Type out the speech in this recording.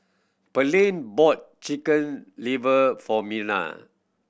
Pearlene bought Chicken Liver for Merna